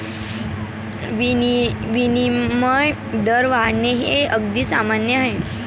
विनिमय दर वाढणे हे अगदी सामान्य आहे